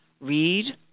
read